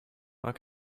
what